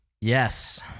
Yes